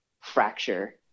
fracture